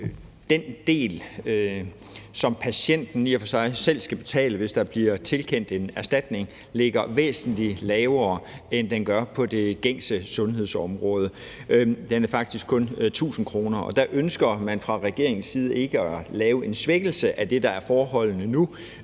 den del, som patienten i og for sig selv skal betale, hvis der bliver tilkendt en erstatning, ligger væsentlig lavere, end den gør på det gængse sundhedsområde, og den er faktisk kun på 1.000 kr. Og der ønsker man fra regeringens side ikke at lave en svækkelse af det, der er forholdene nu.